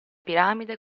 piramide